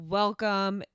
welcome